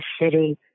city